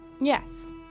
Yes